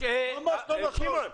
ממש לא נכון.